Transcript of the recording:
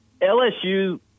LSU